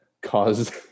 caused